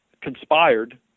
conspired